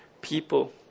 people